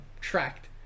tracked